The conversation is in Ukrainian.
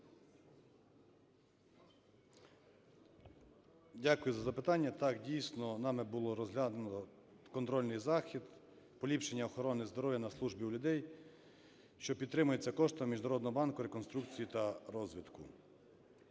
Дякую за запитання. Так, дійсно, нами було розглянуто контрольний захід "Поліпшення охорони здоров'я на службі у людей", що підтримується коштами Міжнародного банку реконструкції та розвитку.